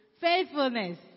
faithfulness